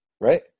right